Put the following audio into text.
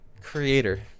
creator